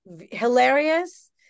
hilarious